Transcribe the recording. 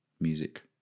music